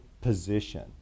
position